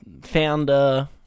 founder